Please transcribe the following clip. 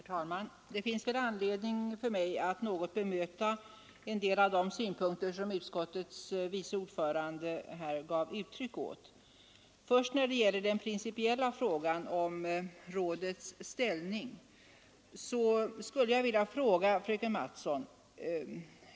Herr talman! Det finns väl anledning för mig att något bemöta en del av de synpunkter som utskottets vice ordförande gav uttryck åt. När det först gäller rådets ställning skulle jag vilja rikta en fråga till fröken Mattson.